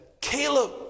Caleb